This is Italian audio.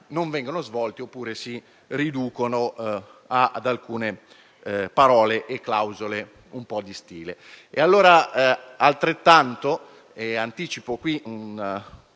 non vengono svolti, oppure si riducono ad alcune parole e clausole di stile.